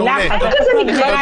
אין כזה מקרה.